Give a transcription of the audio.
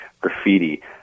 graffiti